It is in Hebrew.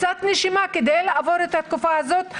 קצת נשימה כדי לעבור את התקופה הזאת,